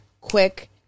quick